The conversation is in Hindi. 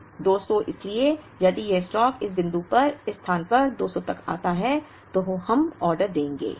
200 इसलिए यदि यह स्टॉक इस बिंदु पर इस स्थान पर 200 तक आता है तो हम ऑर्डर देंगे